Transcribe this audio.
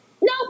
no